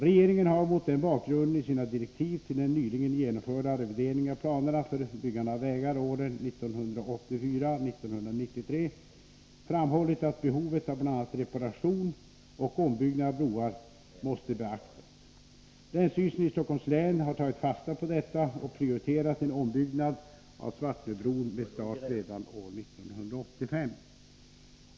Regeringen har mot den bakgrunden i sina direktiv till den nyligen genomförda revideringen av planerna för byggande av vägar åren 1984-1993 framhållit att behovet av bl.a. reparation och ombyggnad av broar måste beaktas. Länsstyrelsen i Stockholms län har tagit fasta på detta och prioriterat en ombyggnad av Svartnöbron med start redan år 1985.